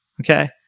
Okay